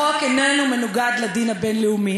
החוק איננו מנוגד לדין הבין-לאומי.